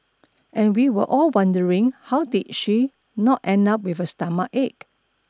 and we were all wondering how did she not end up with a stomachache